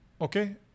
Okay